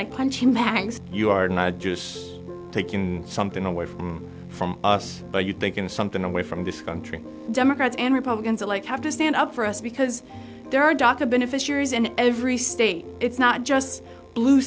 like punching bags you are not just taking something away from us but you think in something away from this country democrats and republicans alike have to stand up for us because there are doctor beneficiaries in every state it's not just bl